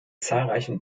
zahlreichen